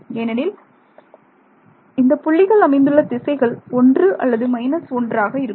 ஏனெனில் இந்தப் புள்ளிகள் அமைந்துள்ள திசைகள் 1 அல்லது 1ஆக இருக்கும்